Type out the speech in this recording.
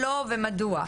מה לא נעשה ומדוע.